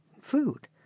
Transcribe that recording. food